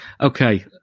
Okay